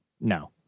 No